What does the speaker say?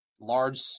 large